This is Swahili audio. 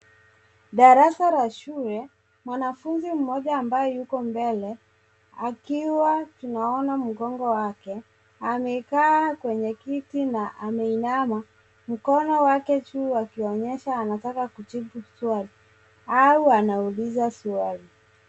Darasa la shule. Mwanafunzi mmoja ambaye yuko mbele akiwa tunaona mgongo wake amekaa kwenye kiti na ameinama, mkono wake juu akionyesha anataka kujibu swali au anauliza swali.